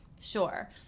sure